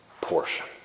portion